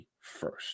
first